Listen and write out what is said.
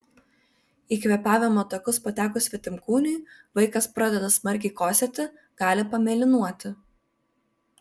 į kvėpavimo takus patekus svetimkūniui vaikas pradeda smarkiai kosėti gali pamėlynuoti